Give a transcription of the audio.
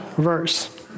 verse